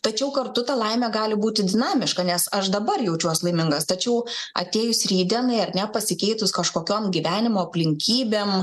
tačiau kartu ta laimė gali būti dinamiška nes aš dabar jaučiuos laimingas tačiau atėjus rytdienai ar ne pasikeitus kažkokiom gyvenimo aplinkybėm